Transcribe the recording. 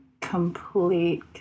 complete